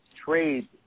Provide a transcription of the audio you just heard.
trade